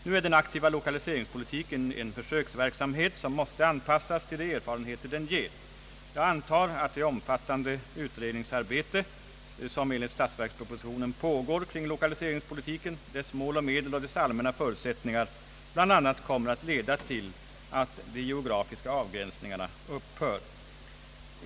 Nu är den aktiva lokaliseringspolitiken en försöksverksamhet som måste anpassas till de erfarenheter den ger. Jag antar att det omfattande utredningsarbete, som enligt statsverkspropositionen pågår kring lokaliseringspolitiken, dess mål och medel och dess allmänna förutsättningar, bl.a. kommer att leda till att de geografiska avgränsningarna upphör.